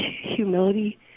humility